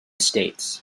states